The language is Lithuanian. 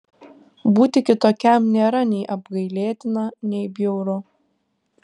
būti kitokiam nėra nei apgailėtina nei bjauru